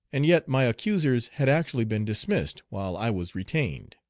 and yet my accusers had actually been dismissed while i was retained.